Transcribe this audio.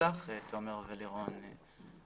באיזה סעיף אתה?